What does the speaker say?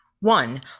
One